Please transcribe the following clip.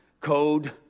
code